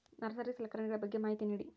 Nursery ಸಲಕರಣೆಗಳ ಬಗ್ಗೆ ಮಾಹಿತಿ ನೇಡಿ?